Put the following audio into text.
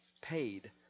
paid